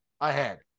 ahead